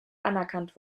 anerkannt